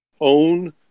own